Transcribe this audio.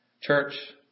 church